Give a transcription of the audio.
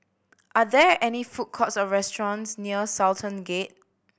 are there any food courts or restaurants near Sultan Gate